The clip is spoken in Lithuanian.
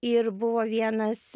ir buvo vienas